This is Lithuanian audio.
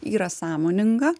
yra sąmoninga